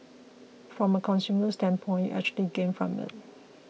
from a consumer standpoint you actually gain from it